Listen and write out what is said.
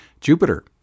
Jupiter